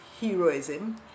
heroism